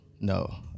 no